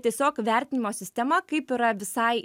tiesiog vertinimo sistema kaip yra visai